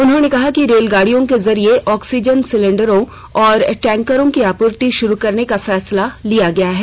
उन्होंने कहा कि रेलगाड़ियों के जरिए ऑक्सीजन सिलेंडरों और टैंकरों की आपूर्ति शुरू करने का फैसला लिया गया है